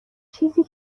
چیزی